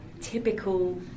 typical